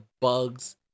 bugs